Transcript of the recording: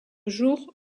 jours